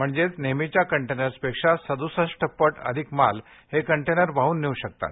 म्हणजेच नेहमीच्या कंटेनर्सपेक्षा सद्दसष्ठ पट अधिक माल हे कंटेनर वाहन नेऊ शकतात